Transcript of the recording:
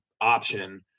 option